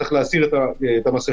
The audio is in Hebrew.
צריך להסיר את המסכות.